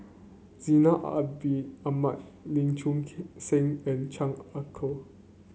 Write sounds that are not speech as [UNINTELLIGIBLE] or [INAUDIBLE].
Zainal Abidin Ahmad Lee Choon [UNINTELLIGIBLE] Seng and Chan Ah Kow